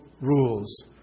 rules